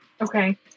Okay